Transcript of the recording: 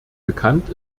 bekannt